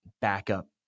backup